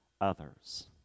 others